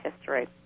history